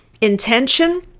intention